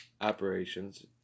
operations